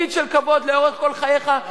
תפקיד של כבוד לאורך כל חייך.